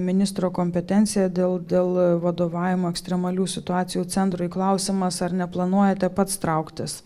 ministro kompetencija dėl dėl vadovavimo ekstremalių situacijų centrui klausimas ar neplanuojate pats trauktis